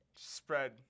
Spread